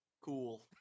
cool